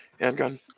Handgun